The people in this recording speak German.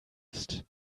ist